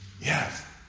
Yes